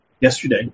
yesterday